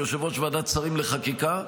אני כיושב-ראש ועדת השרים לחקיקה,